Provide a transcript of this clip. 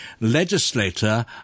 legislator